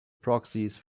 proxies